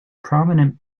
prominent